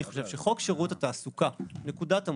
שנקודת המוצא של חוק שירות התעסוקה היא